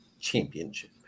Championship